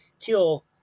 kill